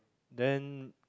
then